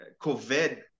COVID